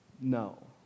No